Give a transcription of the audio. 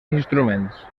instruments